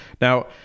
now